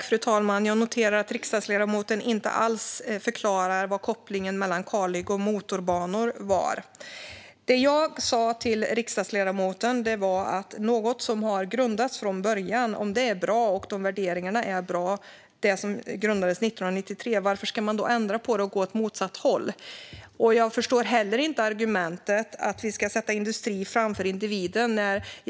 Fru talman! Jag noterar att riksdagsledamoten inte alls förklarar kopplingen mellan kalhygge och motorbanor. Jag sa till riksdagsledamoten att jag undrade varför värderingarna för något som grundades 1993 ska ändras och gå mot motsatt håll om värderingarna är bra. Jag förstår inte heller argumentet att industri ska sättas framför individen.